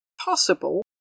possible